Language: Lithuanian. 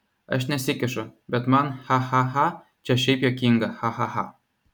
aš nesikišu bet man cha cha cha čia šiaip juokinga cha cha cha